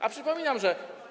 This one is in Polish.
A przypominam, że.